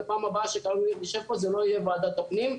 ופעם הבאה שכנראה נשב פה זה לא יהיה ועדת הפנים,